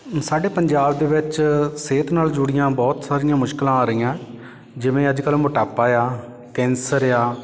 ਸਾਡੇ ਪੰਜਾਬ ਦੇ ਵਿੱਚ ਸਿਹਤ ਨਾਲ ਜੁੜੀਆਂ ਬਹੁਤ ਸਾਰੀਆਂ ਮੁਸ਼ਕਿਲਾਂ ਆ ਰਹੀਆਂ ਜਿਵੇਂ ਅੱਜ ਕੱਲ੍ਹ ਮੋਟਾਪਾ ਆ ਕੈਂਸਰ ਆ